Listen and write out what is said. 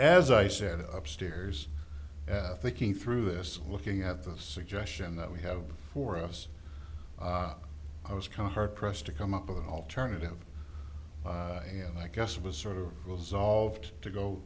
as i said upstairs ethic in through this looking at the suggestion that we have for us i was kind of hard pressed to come up with an alternative and i guess it was sort of the solved to go